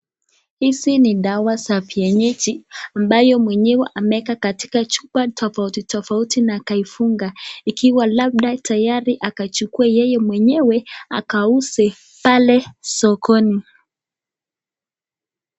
Hizi ni dawa za vienyeji ambayo mwenyewe ameeka katika chupa tofauti tofauti na akaifunga ikiwa labda tayari akachukua yeye mwenyewe akauze pale sokoni.